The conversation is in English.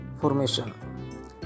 formation